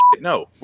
no